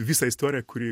visą istoriją kuri